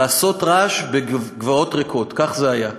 "לעשות רעש בגבעות ריקות" כך זה היה,